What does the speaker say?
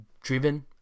driven